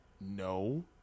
No